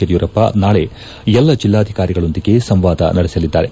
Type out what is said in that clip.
ಯಡಿಯೂರಪ್ಪ ನಾಳೆ ಎಲ್ಲ ಜಿಲ್ಲಾಧಿಕಾರಿಗಳೊಂದಿಗೆ ಸಂವಾದ ನಡೆಸಲಿದ್ದಾರೆ